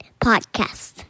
Podcast